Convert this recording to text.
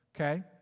okay